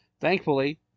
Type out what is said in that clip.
Thankfully